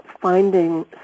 finding